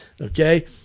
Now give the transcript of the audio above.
okay